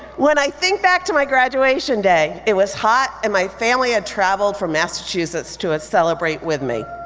when i think back to my graduation day, it was hot and my family had traveled from massachusetts to celebrate with me.